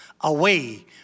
away